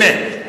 הנה.